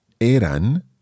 eran